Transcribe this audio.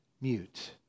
mute